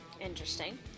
Interesting